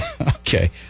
Okay